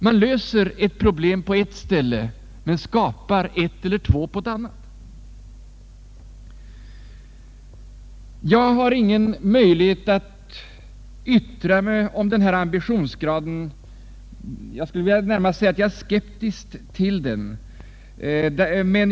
Man löser ett problem på ett ställe och skapar ett eller två problem på ett annat. Jag skulle vilja säga att jag ställer mig skeptisk till denna nya ambitionsgrad.